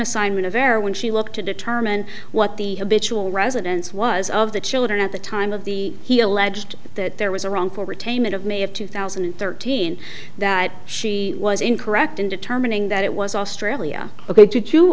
assignment of error when she looked to determine what the bitch will residence was of the children at the time of the he alleged that there was a wrongful retainment of may of two thousand and thirteen that she was incorrect in determining that it was australia ok to